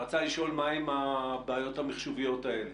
שרצה לשאול מה עם הבעיות המחשוביות האלה.